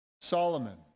Solomon